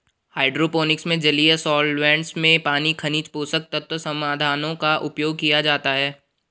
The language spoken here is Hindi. हाइड्रोपोनिक्स में जलीय सॉल्वैंट्स में पानी खनिज पोषक तत्व समाधानों का उपयोग किया जाता है